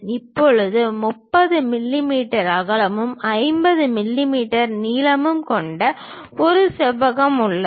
இப்போது 30 மிமீ அகலமும் 50 மிமீ நீளமும் கொண்ட ஒரு செவ்வகம் உள்ளது